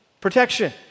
protection